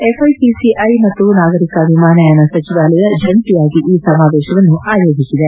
FICCI ಮತ್ತು ನಾಗರಿಕ ವಿಮಾನಯಾನ ಸಚಿವಾಲಯ ಜಂಟಿಯಾಗಿ ಈ ಸಮಾವೇಶವನ್ನು ಆಯೋಜಿಸಿದೆ